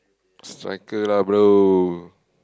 cycle lah bro